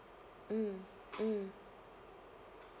mm mm